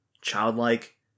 childlike